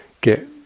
get